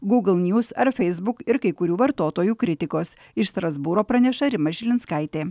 google news ar facebook ir kai kurių vartotojų kritikos iš strasbūro praneša rima žilinskaitė